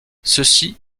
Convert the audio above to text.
ceci